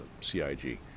CIG